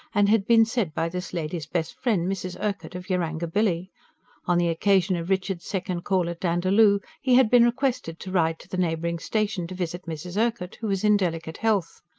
and had been said by this lady's best friend, mrs. urquhart of yarangobilly on the occasion of richard's second call at dandaloo, he had been requested to ride to the neighbouring station to visit mrs. urquhart, who was in delicate health.